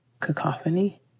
Cacophony